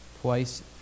twice